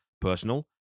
personal